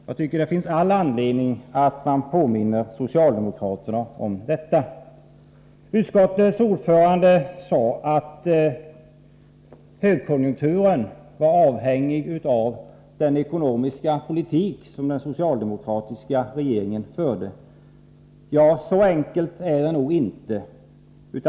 Jag tycker det finns all anledning att påminna socialdemokraterna om detta. Utskottets nuvarande ordförande sade att högkonjunkturen var avhängig av den ekonomiska politik som den socialdemokratiska regeringen för. Så enkelt är det nog inte.